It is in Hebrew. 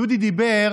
דודי דיבר